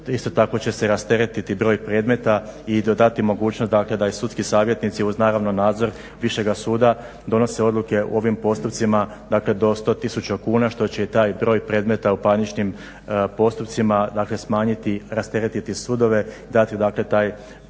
Isto tako će se rasteretiti broj predmeta i dodati mogućnost dakle da i sudski savjetnici uz naravno nadzor višega suda donose odluke u ovim postupcima, dakle do 100 tisuća kuna što će i taj broj predmeta u parničnim postupcima dakle smanjiti, rasteretiti sudove dati dakle